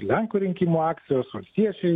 lenkų rinkimų akcijos valstiečiai